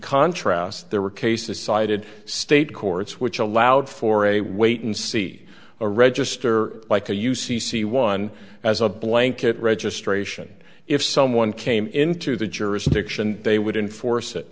contrast there were cases cited state courts which allowed for a wait and see a register like a u c c one as a blanket registration if someone came into the jurisdiction they would enforce it